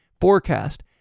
forecast